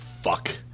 fuck